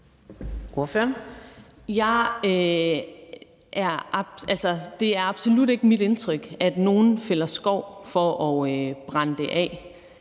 Det er absolut ikke mit indtryk, at nogen fælder skov for at brænde træ af.